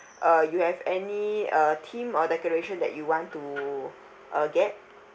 uh you have any uh theme or decoration that you want to uh get